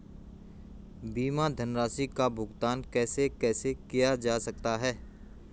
बीमा धनराशि का भुगतान कैसे कैसे किया जा सकता है?